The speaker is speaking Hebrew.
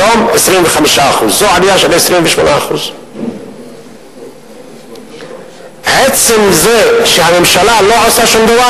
היום 25%. זו עלייה של 28%. עצם זה שהממשלה לא עושה שום דבר,